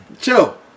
Chill